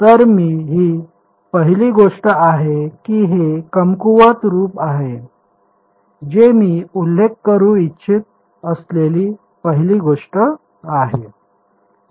तर ही पहिली गोष्ट आहे की हे कमकुवत रूप आहे जे मी उल्लेख करू इच्छित असलेली पहिली गोष्ट आहे